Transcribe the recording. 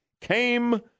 came